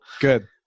good